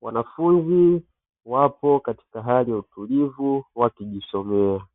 Wanafunzi wapo katika hali ya utulivu wakijisomea.